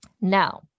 Now